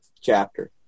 chapter